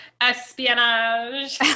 Espionage